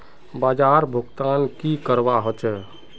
बाजार भुगतान की करवा होचे?